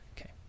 Okay